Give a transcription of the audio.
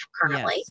currently